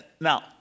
Now